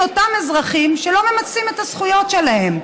אותם אזרחים שלא ממצאים את הזכויות שלהם,